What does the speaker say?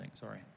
Sorry